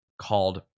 called